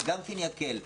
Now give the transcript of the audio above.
זה גם כן יקל,